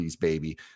baby